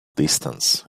distance